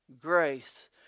grace